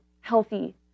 healthy